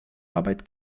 arbeit